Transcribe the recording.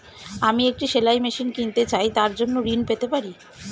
আমি একটি সেলাই মেশিন কিনতে চাই তার জন্য ঋণ পেতে পারি?